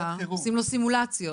עושים לו סימולציות.